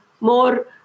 more